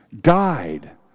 died